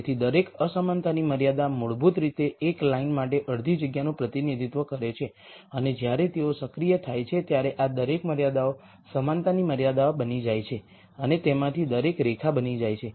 તેથી દરેક અસમાનતાની મર્યાદા મૂળભૂત રીતે એક લાઇન માટે અડધી જગ્યાનું પ્રતિનિધિત્વ કરે છે અને જ્યારે તેઓ સક્રિય થાય છે ત્યારે આ દરેક મર્યાદાઓ સમાનતાની મર્યાદા બની જાય છે અને તેમાંથી દરેક રેખા બની જાય છે